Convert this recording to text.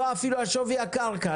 אפילו לא על שווי הקרקע.